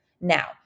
Now